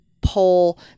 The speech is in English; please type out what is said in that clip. pull